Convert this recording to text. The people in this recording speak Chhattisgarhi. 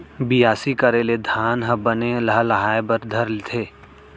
बियासी करे ले धान ह बने लहलहाये बर धर लेथे